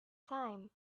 time